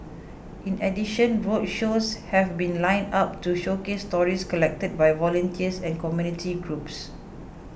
in addition roadshows have been lined up to showcase stories collected by volunteers and community groups